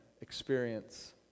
experience